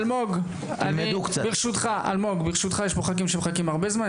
אלמוג אלמוג ברשותך יש פה ח"כים שמחכים הרבה זמן,